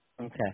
Okay